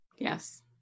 Yes